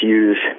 use